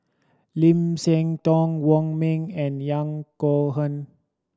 Lim Siah Tong Wong Ming and Yahya Cohen